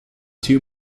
two